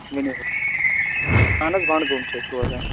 ؤنِو حظ اَہن حظ بنٛڈ گوم چھِ أسۍ روزان